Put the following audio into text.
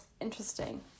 interesting